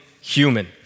human